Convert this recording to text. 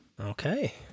Okay